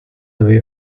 away